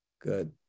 good